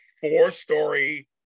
four-story